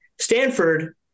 Stanford